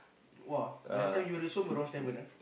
!wah! by the time you reach home around seven ah